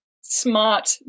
smart